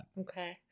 Okay